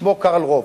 שמו קרל רוב.